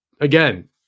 Again